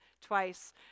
twice